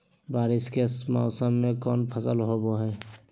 बारिस के मौसम में कौन फसल होबो हाय?